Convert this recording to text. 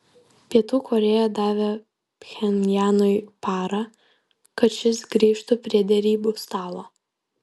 pietų korėja davė pchenjanui parą kad šis grįžtų prie derybų stalo